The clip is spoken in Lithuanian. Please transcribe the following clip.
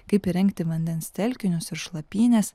kaip įrengti vandens telkinius ir šlapynes